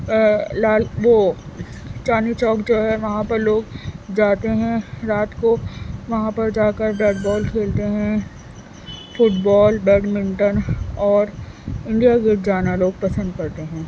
لال وہ چاندنی چوک جو ہے وہاں پر لوگ جاتے ہیں رات کو وہاں پر جا کر بیٹ بال کھیلتے ہیں فٹ بال بیڈ منٹن اور انڈیا گیٹ جانا لوگ پسند کرتے ہیں